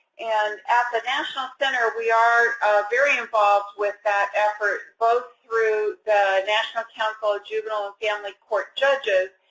and at the national center we are very involved with that effort both through the national council of juvenile and family court judges,